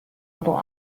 little